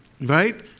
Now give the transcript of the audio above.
Right